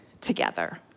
together